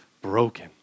broken